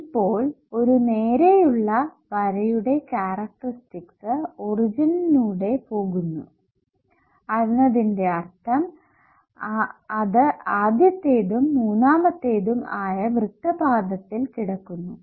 അതിനാൽ ഇപ്പോൾ ഒരു നേരെയുള്ള വരയുടെ കാരക്ടറിസ്റ്റിക്സ് ഒറിജിനിലൂടെ പോകുന്നത് എന്നതിന്റെ അർത്ഥം അത് ആദ്യത്തേതും മൂന്നാമതെത്തും ആയ വൃത്തപാദത്തിൽ കിടക്കുന്നു